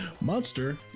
monster